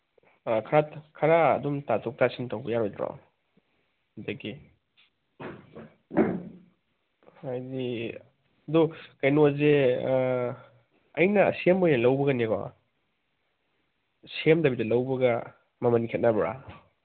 ꯑꯥ ꯈꯔ ꯑꯗꯨꯝ ꯇꯥꯊꯣꯛ ꯇꯥꯁꯤꯟ ꯇꯧꯕ ꯌꯥꯔꯣꯏꯗ꯭ꯔꯣ ꯁꯤꯗꯒꯤ ꯍꯥꯏꯗꯤ ꯑꯗꯨ ꯀꯩꯅꯣꯁꯦ ꯑꯩꯅ ꯑꯁꯦꯝꯕ ꯑꯣꯏꯅ ꯂꯧꯒꯅꯦꯀꯣ ꯁꯦꯝꯗꯕꯤꯗ ꯂꯧꯕꯒ ꯃꯃꯟ ꯈꯦꯠꯅꯕ꯭ꯔꯥ